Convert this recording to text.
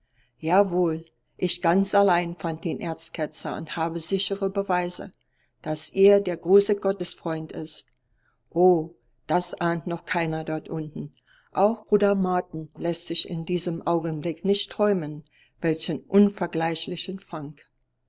jawohl ich ganz allein fand den erzketzer und habe sichere beweise daß er der große gottesfreund ist o das ahnt noch keiner dort unten auch bruder martin läßt sich in diesem augenblick nicht träumen welchen unvergleichlichen